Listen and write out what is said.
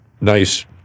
nice